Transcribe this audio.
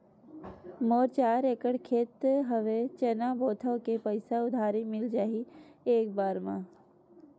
मोर चार एकड़ खेत हवे चना बोथव के पईसा उधारी मिल जाही एक बार मा?